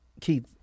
Keith